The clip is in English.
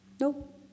Nope